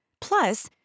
Plus